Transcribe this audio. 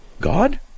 God